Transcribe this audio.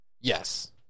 Yes